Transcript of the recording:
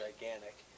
gigantic